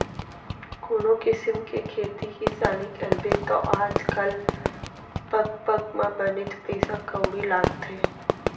कोनों किसिम के खेती किसानी करबे तौ आज काल पग पग म बनेच पइसा कउड़ी लागथे